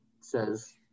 says